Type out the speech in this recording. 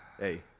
hey